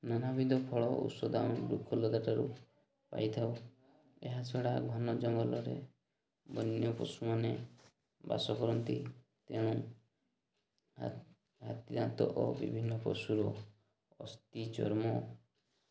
ନାନାବିଦ ଫଳ ଔଷଧ ବୃକ୍ଷଲତା ଠାରୁ ପାଇଥାଉ ଏହା ଛଡ଼ା ଘନ ଜଙ୍ଗଲରେ ବନ୍ୟ ପଶୁମାନେ ବାସ କରନ୍ତି ତେଣୁ ହାତୀ ଦାନ୍ତ ଓ ବିଭିନ୍ନ ପଶୁର ଅସ୍ତି ଚର୍ମ